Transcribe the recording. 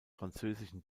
französischen